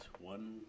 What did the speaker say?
One